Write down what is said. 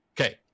Okay